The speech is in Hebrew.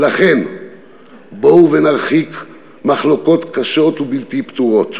ולכן בואו ונרחיק מחלוקות קשות ובלתי פתורות.